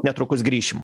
netrukus grįšim